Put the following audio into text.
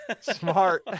Smart